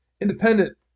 independent